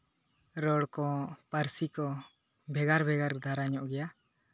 ᱨᱚᱲ ᱠᱚ ᱯᱟᱹᱨᱥᱤ ᱠᱚ ᱵᱷᱮᱜᱟᱨ ᱵᱷᱮᱜᱟᱨ ᱫᱷᱟᱨᱟ ᱧᱚᱜ ᱜᱮᱭᱟ